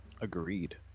Agreed